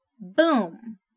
boom